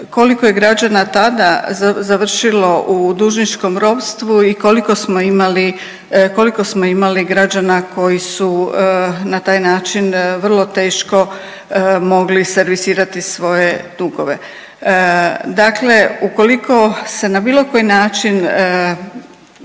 koliko je građana tada završilo u dužničkom ropstvu i koliko smo imali građana koji su na taj način vrlo teško mogli servisirati svoje dugove. Dakle, ukoliko se na bilo koji način